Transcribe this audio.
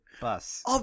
Bus